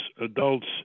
adults